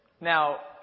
Now